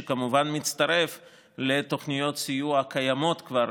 שכמובן מצטרף לתוכניות סיוע קיימות כבר